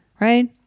Right